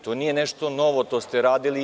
To nije nešto novo, to ste radili i vi.